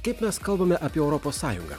kaip mes kalbame apie europos sąjungą